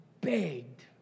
begged